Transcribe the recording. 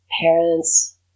parents